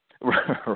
right